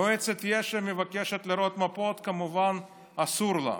מועצת יש"ע מבקשת לראות מפות, כמובן אסור לה.